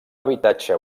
habitatge